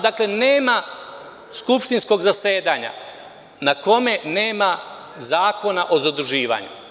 Dakle, nema skupštinskog zasedanja na kome nema zakona o zaduživanju.